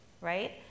right